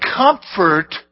comfort